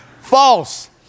False